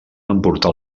emportar